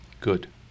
Good